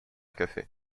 café